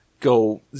go